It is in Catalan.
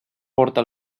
porta